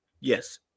Yes